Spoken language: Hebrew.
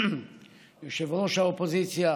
יושב-ראש האופוזיציה